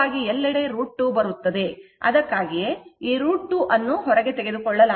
ವಾಸ್ತವವಾಗಿ ಎಲ್ಲೆಡೆ √ 2 ಬರುತ್ತದೆ ಅದಕ್ಕಾಗಿಯೇ ಈ √ 2 ಅನ್ನು ಹೊರಗೆ ತೆಗೆದುಕೊಳ್ಳಲಾಗುತ್ತದೆ